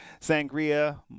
Sangria